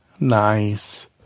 Nice